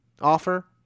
offer